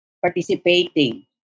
participating